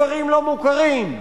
בכפרים לא-מוכרים.